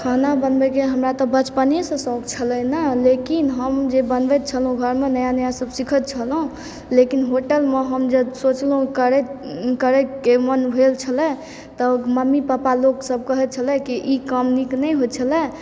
खाना बनबयके हमरा तऽ बचपनेसँ शौक़ छलय न लेकिन हम जे बनबैत छलहुँ घरमे नया नया सभ सिखैत छलहुँ लेकिन होटलमे हम जे सोचलहुँ करयके मन भेल छलय तऽ मम्मी पापा लोकसभ कहैत छलय की ई काम नीक नहि होइ छलय